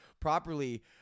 properly